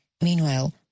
Meanwhile